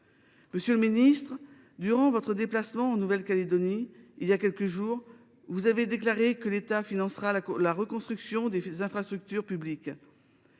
Monsieur le ministre, durant votre déplacement en Nouvelle Calédonie il y a quelques jours, vous avez déclaré que l’État financerait la reconstruction des infrastructures publiques.